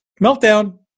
Meltdown